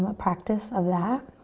ah practice of that.